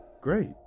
great